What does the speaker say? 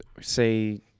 say